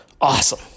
awesome